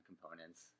components